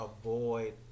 avoid